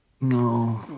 No